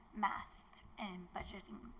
math and budgeting.